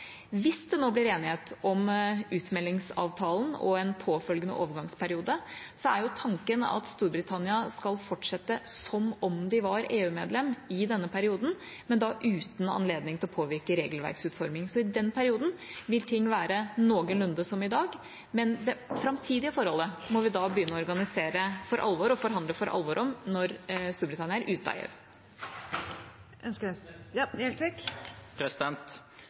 Hvis det nå blir enighet om utmeldingsavtalen og en påfølgende overgangsperiode, er tanken at Storbritannia skal fortsette som om de var EU-medlem i denne perioden, men da uten anledning til å påvirke regelverksutforming. Så i den perioden vil ting være noenlunde som i dag, men det framtidige forholdet må vi da for alvor begynne å organisere og forhandle om når Storbritannia er ute av EU. Det åpnes for oppfølgingsspørsmål – først Sigbjørn Gjelsvik.